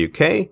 UK